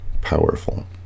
powerful